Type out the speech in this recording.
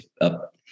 up